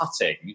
cutting